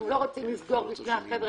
אנחנו לא רוצים לסגור מפני החבר'ה